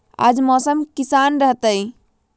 आज मौसम किसान रहतै?